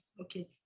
Okay